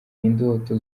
indoto